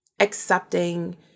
accepting